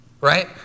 Right